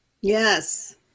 Yes